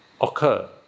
occur